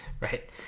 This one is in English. Right